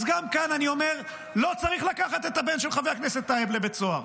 אז גם כאן אני אומר: לא צריך לקחת את הבן של חבר הכנסת לבית סוהר.